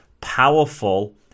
powerful